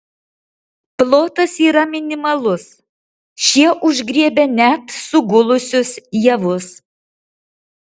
plotas yra minimalus šie užgriebia net sugulusius javus